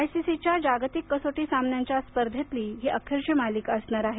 I C C च्या जागतिक कसोटी सामन्यांच्या स्पर्धेतली अखेरची मालिका असणार आहे